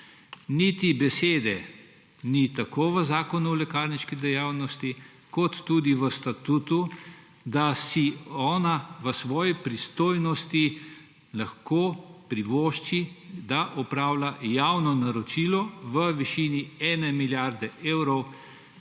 Niti besede ni ne v Zakonu o lekarniški dejavnosti ne v Statutu, da si ona v svoji pristojnosti lahko privošči, da opravlja javno naročilo v višini 1 milijarde evrov